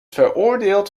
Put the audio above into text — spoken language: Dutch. veroordeeld